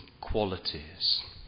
qualities